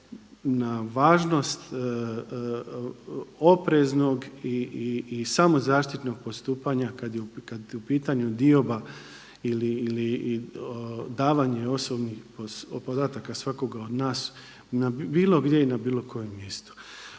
na važnost opreznog i samo zaštitnog postupanja kada je u pitanju dioba ili davanja osobnih podataka svakoga od nas na bilo gdje i na bilo kojem mjestu.